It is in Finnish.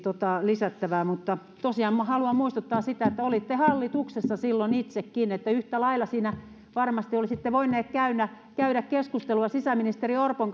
lisättävää mutta tosiaan minä haluan muistuttaa sitä että olitte hallituksessa silloin itsekin että yhtä lailla siinä varmasti olisitte voineet käydä käydä keskustelua sisäministeri orpon